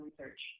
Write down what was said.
research